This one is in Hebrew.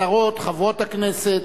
השרות, חברות הכנסת,